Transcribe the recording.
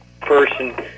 person